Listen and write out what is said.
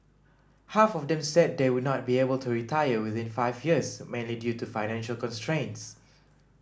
half of them said they would not be able to retire within five years mainly due to financial constraints